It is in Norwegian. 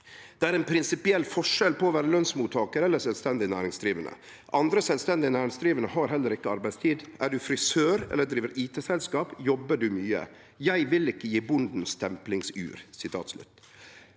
om «den prinsipielle forskjellen på å være lønnsmottaker eller selvstendig næringsdrivende». Han seier: «Andre selvstendige næringsdrivende har heller ikke arbeidstid. Er du frisør eller driver IT-selskap, jobber du mye.» Og vidare: «(…) jeg vil ikke gi bonden stemplingsur.»